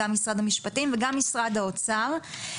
גם משרד המשפטים וגם משרד האוצר.